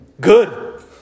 Good